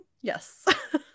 Yes